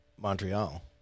Montreal